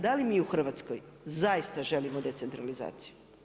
Da li mi u Hrvatskoj zaista želimo decentralizaciju?